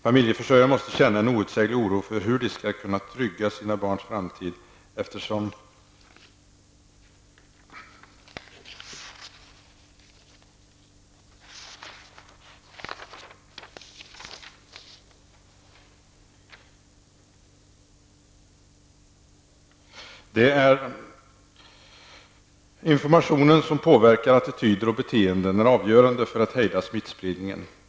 Familjeförsörjare måste alltså känna en outsäglig oro för hur de skall kunna trygga sina barns framtid. Information som påverkar attityder och beteenden är avgörande när det gäller att hejda smittspridningen.